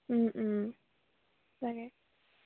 তাকে